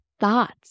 thoughts